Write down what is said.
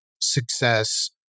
success